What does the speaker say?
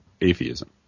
atheism